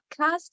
podcast